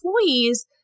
employees